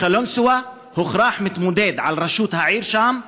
בקלנסווה הוכרח מתמודד לראשות העיר שם,